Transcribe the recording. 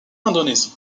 indonésie